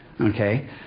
Okay